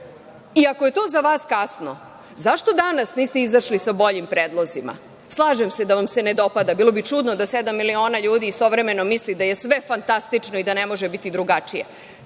i ako je to za vas kasno, zašto danas niste izašli sa boljim predlozima? Slažem se da vam se ne dopada, bilo bi čudno da sedam miliona ljudi istovremeno misli da je sve fantastično i da ne može biti drugačije.